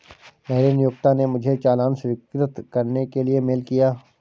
मेरे नियोक्ता ने मुझे चालान स्वीकृत करने के लिए मेल किया